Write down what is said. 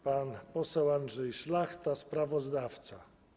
Pan poseł Andrzej Szlachta, sprawozdawca.